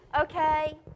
Okay